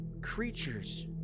creatures